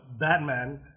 Batman